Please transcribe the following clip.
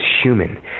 human